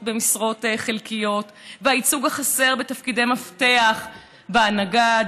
במשרות חלקיות והייצוג החסר בתפקידי מפתח בהנהגה,